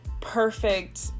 perfect